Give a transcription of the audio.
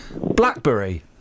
Blackberry